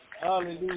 Hallelujah